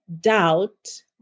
doubt